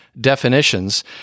definitions